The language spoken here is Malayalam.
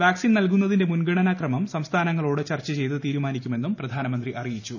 വാക്സിൻ നൽകുന്നതിന്റെ മുൻഗണനാ ക്രമം സംസ്ഥാനങ്ങളോട് ചർച്ച ചെയ്ത് തീരുമാനിക്കുമെന്നും പ്രധാനമന്ത്രി അറിയിച്ചു